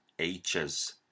H's